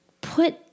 put